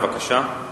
בבקשה.